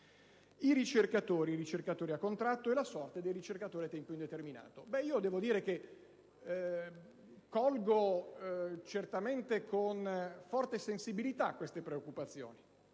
al tema dei ricercatori a contratto e della sorta dei ricercatori a tempo indeterminato. Colgo certamente con forte sensibilità le preoccupazioni